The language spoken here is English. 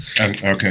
okay